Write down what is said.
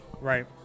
Right